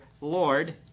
Lord